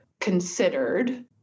considered